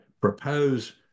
propose